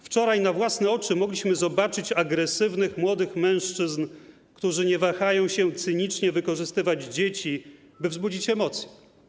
Wczoraj na własne oczy mogliśmy zobaczyć agresywnych młodych mężczyzn, którzy nie wahają się cynicznie wykorzystywać dzieci, by wzbudzić emocje.